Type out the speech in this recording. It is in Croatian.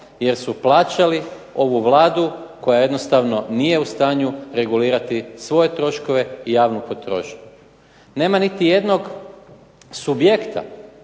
jer su plaćali ovu Vladu koja jednostavno nije u stanju regulirati svoje troškove i javnu potrošnju. Nema niti jednog subjekta